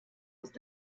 ist